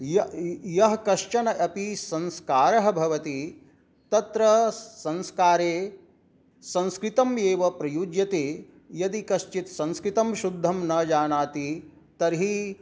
य् यः कश्चन अपि संस्कारः भवति तत्र संस्कारे संस्कृतमेव प्रयुज्यते यदि कश्चित् संस्कृतं शुद्धं न जानाति तर्हि